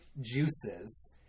juices